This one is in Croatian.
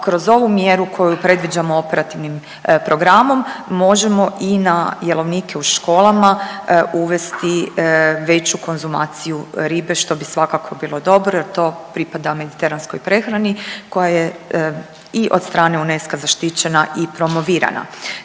kroz ovu mjeru koju predviđamo operativnim programom možemo i na jelovnike u školama uvesti veću konzumaciju ribe što bi svakako bilo dobro jer to pripada mediteranskoj prehrani koja je i od strane UNESCO-a zaštićena i promovirana.